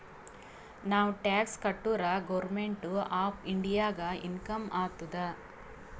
ನಾವ್ ಟ್ಯಾಕ್ಸ್ ಕಟುರ್ government of ಇಂಡಿಯಾಗ ಇನ್ಕಮ್ ಆತ್ತುದ್